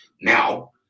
Now